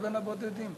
בין הבודדים.